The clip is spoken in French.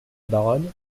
baronne